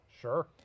Sure